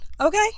okay